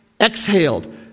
exhaled